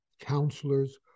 counselors